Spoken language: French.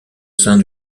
sein